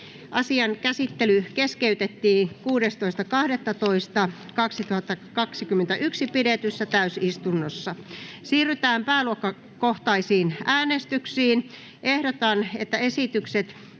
Asian käsittely keskeytettiin 16.12.2021 pidetyssä täysistunnossa. Siirrytään pääluokkakohtaisiin äänestyksiin. Ehdotan, että esitykset